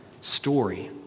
story